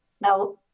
Now